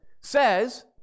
says